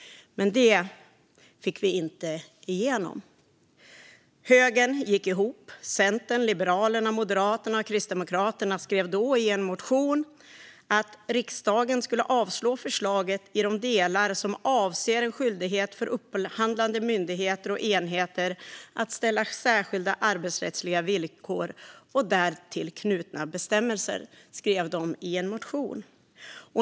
Men det fick vi inte igenom. Högern gick ihop. Centern, Liberalerna, Moderaterna och Kristdemokraterna skrev då i en motion att riksdagen skulle avslå förslaget i de delar som avser en skyldighet för upphandlande myndigheter och enheter att ställa särskilda arbetsrättsliga villkor och därtill knutna bestämmelser.